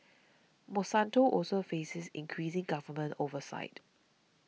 Monsanto also faces increasing government oversight